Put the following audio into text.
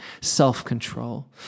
self-control